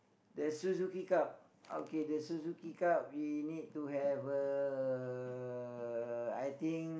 the Suzuki-Cup okay the Suzuki-Cup we need to have uh I think